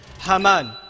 Haman